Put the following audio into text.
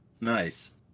nice